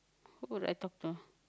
who do I talk to